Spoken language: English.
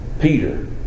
Peter